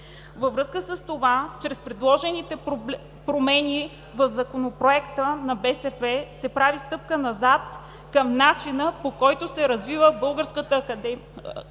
Във връзка с това, чрез предложените промени в Законопроекта на БСП се прави стъпка назад към начина, по който се развива българската академична